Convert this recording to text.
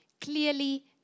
clearly